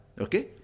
okay